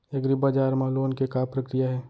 एग्रीबजार मा लोन के का प्रक्रिया हे?